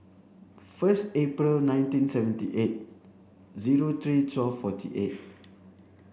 first April nineteen seventy eight zero three twelve forty eight